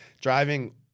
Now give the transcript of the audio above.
Driving